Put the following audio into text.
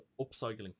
upcycling